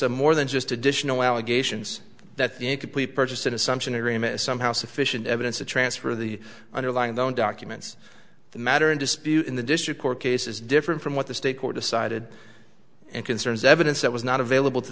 of more than just additional allegations that the incomplete purchased an assumption agreement is somehow sufficient evidence to transfer the underlying loan documents the matter in dispute in the district court case is different from what the state court decided and concerns evidence that was not available to